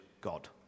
God